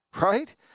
right